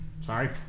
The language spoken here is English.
Sorry